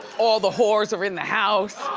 all the whores are in the house.